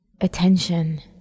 attention